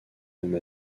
même